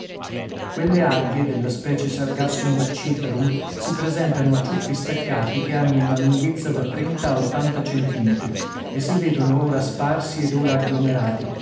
quelle alghe della specie sargassum bacciferum si presentano a ciuffi staccati che hanno una lunghezza da trenta a ottanta centimetri e si vedono ora sparsi ed ora agglomerati